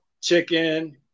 chicken